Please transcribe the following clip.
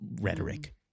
rhetoric